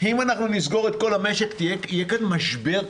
אם נסגור את כל המשק יהיה כאן משבר,